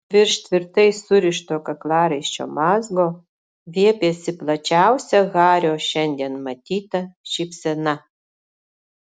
virš tvirtai surišto kaklaraiščio mazgo viepėsi plačiausia hario šiandien matyta šypsena